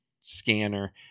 Scanner